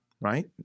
right